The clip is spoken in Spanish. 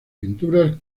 pinturas